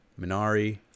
Minari